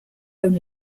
own